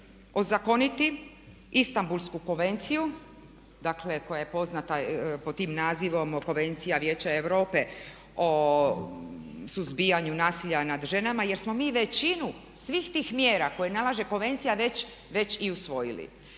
ozakoniti Istambulsku konvenciju dakle koja je poznata pod tim nazivom Konvencija Vijeća Europe o suzbijanju nasilja nad ženama jer smo mi većinu svih tih mjera koje nalaže Konvencija već i usvojili.